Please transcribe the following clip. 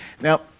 Now